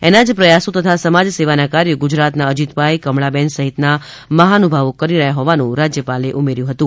એના જ પ્રયાસો તથા સમાજ સેવાના કાર્યો ગુજરાતના અજીતભાઈ કમળાબહેન સહિતના મહાનુભાવો કરી રહ્યા હોવાનું રાજ્યપાલે ઉમેર્થું હતું